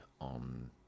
on